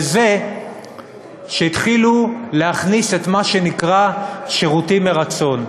זה שהתחילו להכניס את מה שנקרא "שירותים מרצון".